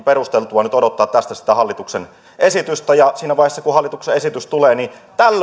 perusteltua nyt odottaa tästä sitä hallituksen esitystä ja siinä vaiheessa kun hallituksen esitys tulee